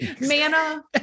manna